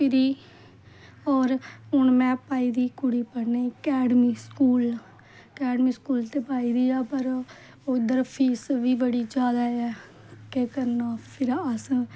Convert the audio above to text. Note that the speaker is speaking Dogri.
मेरी हुन में कुड़ी पाई दी ऐ पढ़नें गी अकैडमी स्कूल अकैडमी स्कूल ते पाई दे ऐ पर उद्धर फीस बी बड़ी जैदा ऐ केह् करना फिर अस